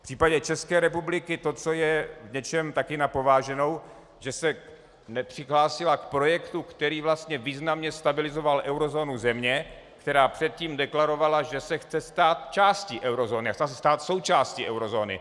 V případě České republiky to, co je v něčem také na pováženou, že se nepřihlásila k projektu, který vlastně významně stabilizoval eurozónu země, která předtím deklarovala, že se chce stát částí eurozóny, a chtěla se stát součástí eurozóny.